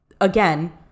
Again